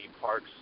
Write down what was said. parks